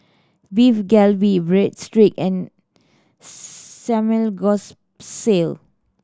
Beef Galbi Breadsticks and Samgyeopsal